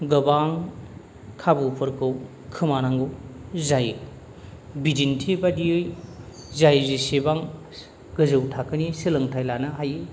गोबां खाबुफोरखौ खोमानांगौ जायो बिदिनथि बादियै जाय जेसेबां गोजौ थाखोनि सोलोंथाय लानो हायो